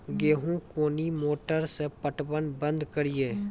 गेहूँ कोनी मोटर से पटवन बंद करिए?